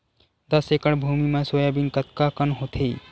दस एकड़ भुमि म सोयाबीन कतका कन होथे?